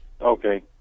Okay